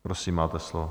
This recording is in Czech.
Prosím, máte slovo.